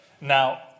now